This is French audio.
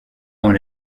dans